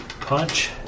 punch